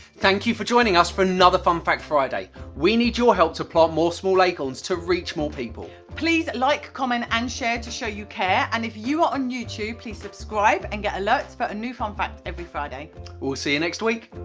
thank you for joining us for another fun fact friday we need your help to plant more small acorns to reach more people please like, comment and share to show you care and if you're on youtube, please subscribe and get alerts for a new fun fact every friday we'll see you next week